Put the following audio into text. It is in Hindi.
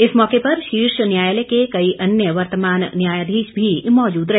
इस मौके पर शीर्ष न्यायालय के कई अन्य वर्तमान न्यायाधीश भी मौजूद रहे